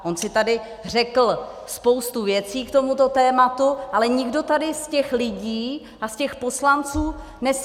On si tady řekl spoustu věcí k tomuto tématu, ale nikdo tady z těch lidí a poslanců nesedí.